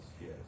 Yes